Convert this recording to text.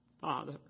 father